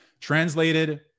translated